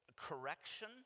correction